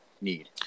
need